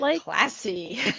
Classy